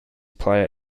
player